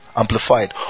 Amplified